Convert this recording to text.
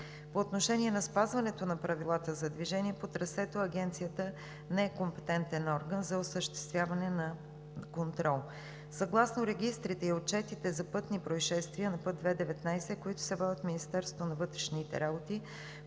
По отношение на спазването на правилата за движение по трасето Агенцията не е компетентен орган за осъществяване на контрол. Съгласно регистрите и отчетите за пътни произшествия на II 19, които се водят в Министерството на вътрешните работи,